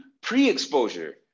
pre-exposure